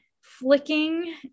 flicking